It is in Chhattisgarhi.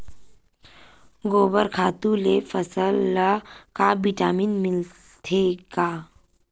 गोबर खातु ले फसल ल का विटामिन मिलथे का?